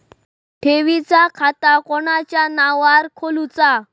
ठेवीचा खाता कोणाच्या नावार खोलूचा?